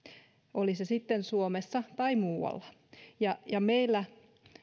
oli se sitten suomessa tai muualla meillä